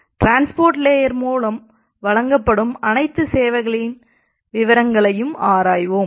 transport layer மூலம் வழங்கப்படும் அனைத்து சேவைகளின் விவரங்களையும் ஆராய்வோம்